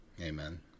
Amen